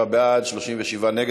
27 בעד, 37 נגד.